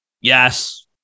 yes